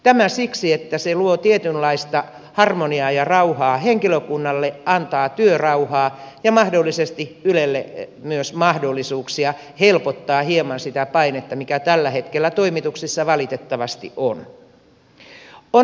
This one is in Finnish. tämä siksi että se luo tietynlaista harmoniaa ja rauhaa henkilökunnalle antaa työrauhaa ja mahdollisesti ylelle myös mahdollisuuksia helpottaa hieman sitä painetta mikä tällä hetkellä toimituksissa valitettavasti on